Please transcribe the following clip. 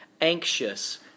anxious